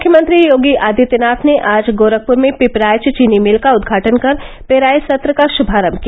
मुख्यमंत्री योगी आदित्यनाथ ने आज गोरखपुर में पिपराइच चीनी मिल का उदघाटन कर पेराई सत्र का शुभारंभ किया